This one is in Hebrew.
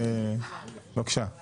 האם היו